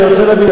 אני רוצה להבין,